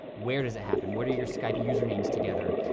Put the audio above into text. where does it happen, what are your skype usernames together,